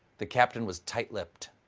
the captain was tight-lipped.